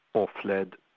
or fled,